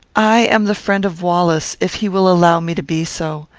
i am the friend of wallace, if he will allow me to be so.